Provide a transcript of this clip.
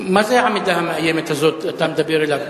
מה זה העמידה המאיימת הזאת, אתה מדבר אליו?